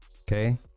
Okay